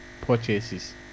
purchases